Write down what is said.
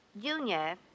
Junior